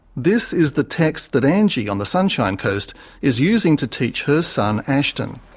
this is the text that angie on the sunshine coast is using to teach her son, ashton.